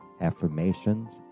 affirmations